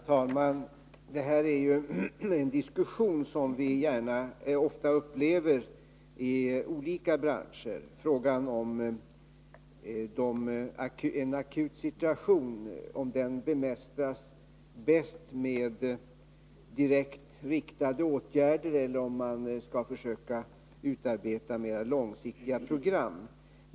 Herr talman! Detta är ju en sådan diskussion som vi ofta upplever i olika branscher. Frågan gäller om en akut situation bäst bemästras med direkt riktade åtgärder, eller om man skall försöka utarbeta mer långsiktiga program.